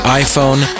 iPhone